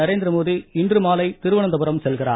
நரேந்திரமோடி இன்று மாலை திருவனந்தபுரம் செல்கிறார்